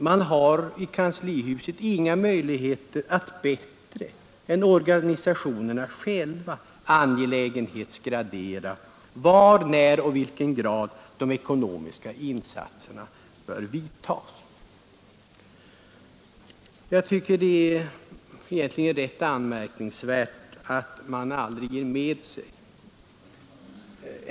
Man har i kanslihuset inga möjligheter att bättre än organisationerna själva angelägenhetsgradera de ekonomiska insatserna och bestämma var, när och i vilken utsträckning de skall göras. Jag tycker att det egentligen är rätt anmärkningsvärt att regeringspartiet aldrig ger med sig.